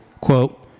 quote